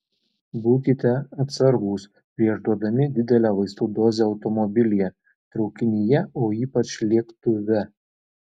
būkite atsargūs prieš duodami didelę vaistų dozę automobilyje traukinyje o ypač lėktuve